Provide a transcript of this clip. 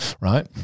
right